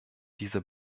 dieser